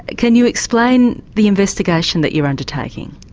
can you explain the investigation that you're undertaking?